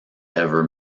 ever